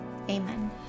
Amen